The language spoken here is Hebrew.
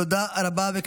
תודה רבה.